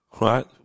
right